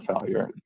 failure